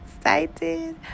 excited